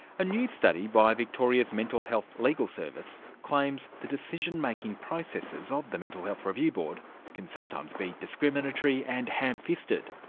a new study by victoria's mental health legal service claims the decision-making processes of the mental health review board can sometimes be discriminatory and ham-fisted.